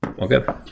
okay